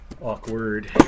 Awkward